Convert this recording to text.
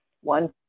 One